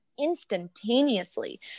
instantaneously